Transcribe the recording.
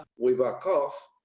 we back off.